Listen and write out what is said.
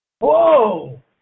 Whoa